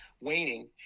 waning